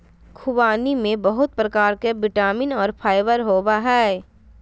ख़ुबानी में बहुत प्रकार के विटामिन और फाइबर होबय हइ